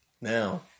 Now